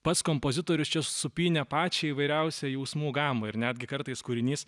pats kompozitorius čia supynė pačią įvairiausią jausmų gamą ir netgi kartais kūrinys